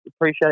appreciate